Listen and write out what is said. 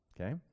okay